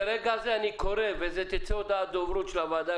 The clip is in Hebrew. ברגע זה אני קורא ותצא הודעת דוברות של הוועדה,